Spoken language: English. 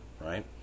right